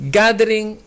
gathering